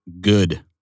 good